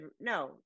no